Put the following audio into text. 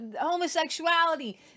homosexuality